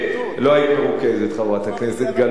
לא היית מרוכזת, חברת הכנסת גלאון.